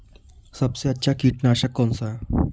सबसे अच्छा कीटनाशक कौनसा है?